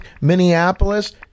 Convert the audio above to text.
Minneapolis